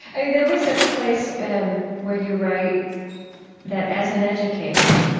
i mean, there was a place where you write that as an educator,